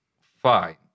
Fine